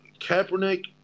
Kaepernick